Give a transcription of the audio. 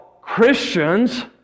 Christians